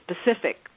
specific